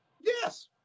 Yes